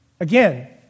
Again